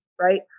right